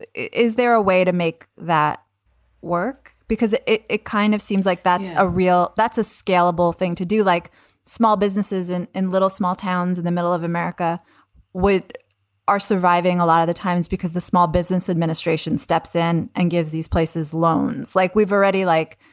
is there a way to make that work? because it it kind of seems like that's a real that's a scalable thing to do, like small businesses in in little small towns in the middle of america with are surviving a lot of the times because the small business administration steps in and gives these places loans like we've already like.